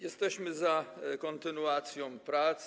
Jesteśmy za kontynuacją prac.